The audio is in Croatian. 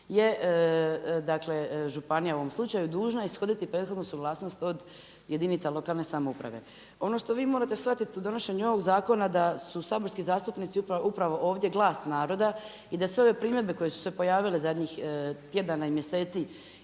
je županija u ovom slučaju dužna ishoditi prethodnu suglasnost od jedinica lokalne samouprave. Ono što vi morate shvatiti u donošenju ovoga zakona da su saborski zastupnici upravo ovdje glas naroda i da sve ove primjedbe koje su se pojavile zadnjih tjedan i mjeseci